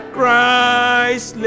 Christ